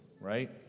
right